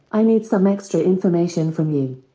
i need some extra information from you!